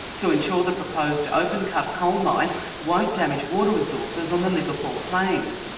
to ensure the proposed open cut coal mine won't damage water resources on the liverpool plains.